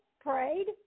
prayed